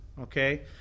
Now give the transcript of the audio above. okay